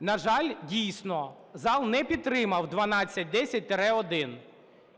На жаль, дійсно, зал не підтримав 1210-1,